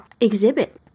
exhibit